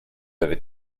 avez